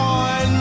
on